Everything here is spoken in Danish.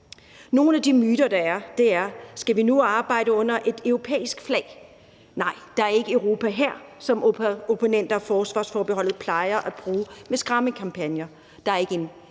Nogle af de myter, der er, er, om vi nu skal arbejde under et europæisk flag. Nej, der er ikke en Europahær, som opponenter af at afskaffe forsvarsforbeholdet plejer at bruge ved skræmmekampagner,